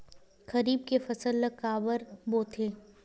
खरीफ के फसल ला काबर बोथे?